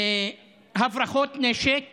הברחות נשק